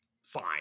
Fine